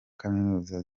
kaminuza